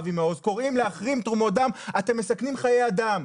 אבי מעוז אתם מסכנים חיי אדם.